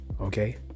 Okay